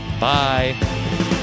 Bye